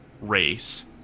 race